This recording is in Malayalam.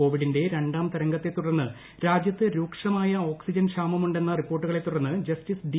കോവിഡിന്റെ രണ്ടാംതരംഗത്തെ തുടർന്ന് രാജ്യത്ത് രൂക്ഷമായ ഓക്സിജൻ ക്ഷാമമുണ്ടെന്ന റിപ്പോർട്ടുകളെ തുടർന്ന് ജസ്റ്റീസ് ഡി